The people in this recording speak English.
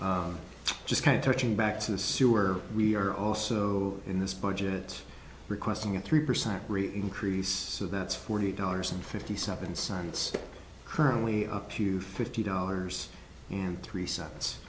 quite just kind of touching back to the sewer we are also in this budget requesting a three percent increase so that's forty dollars and fifty seven cents currently up to fifty dollars and three cents